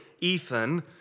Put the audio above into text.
Ethan